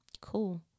Cool